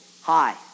hi